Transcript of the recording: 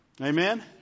Amen